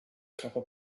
copper